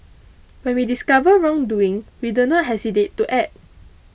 when we discover wrongdoing we do not hesitate to act